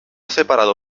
separado